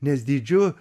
nes dydžiu